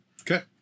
Okay